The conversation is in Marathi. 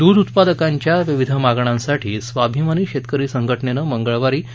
दुध उत्पादकांच्या विविध मागण्यांसाठी स्वाभीमानी शेतकरी संघटनेनं मंगळवारी ता